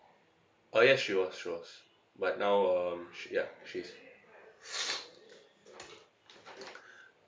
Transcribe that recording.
uh yes she was she was but now um she ya she's